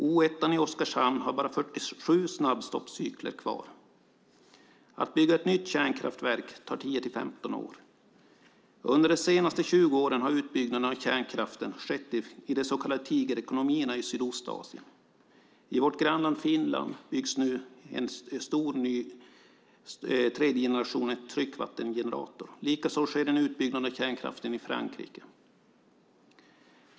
O 1:an i Oskarshamn har bara 47 snabbstoppscykler kvar. Att bygga ett nytt kärnkraftverk tar 10-15 år. Under de senaste 20 åren har utbyggnaden av kärnkraften skett i de så kallade tigerekonomierna i Sydostasien. I vårt grannland Finland byggs nu en ny, stor tredje generationens tryckvattengenerator. Likaså sker en utbyggnad av kärnkraften i Frankrike.